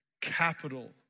capital